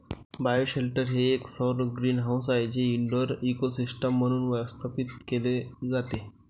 bioshelter हे एक सौर ग्रीनहाऊस आहे जे इनडोअर इकोसिस्टम म्हणून व्यवस्थापित केले जाते